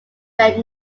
where